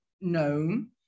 known